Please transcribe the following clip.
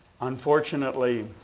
Unfortunately